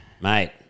Mate